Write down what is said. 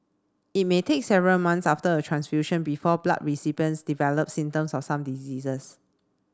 it may take several months after a transfusion before blood recipients develop symptoms of some diseases